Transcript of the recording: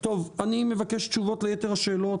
אני מבקש תשובות ליתר השאלות,